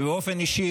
ובאופן אישי,